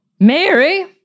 Mary